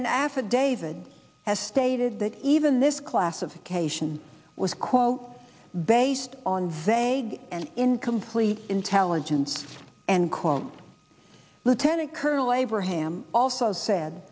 affidavit has stated that even this classification was quote based on vague and incomplete intelligence and quote lieutenant colonel abraham also said